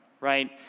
right